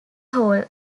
hall